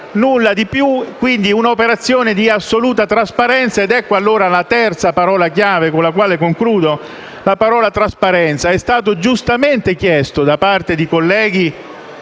nulla di più, in un'operazione di assoluta trasparenza. Ecco allora la terza parola chiave, con la quale concludo: trasparenza. È stato giustamente chiesto da parte di colleghi